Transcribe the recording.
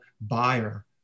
buyer